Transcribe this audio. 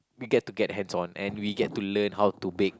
you get to get hands-on and we get to learn how to bake